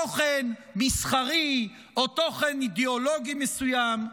תוכן מסחרי או תוכן אידיאולוגי מסוים,